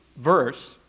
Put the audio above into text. verse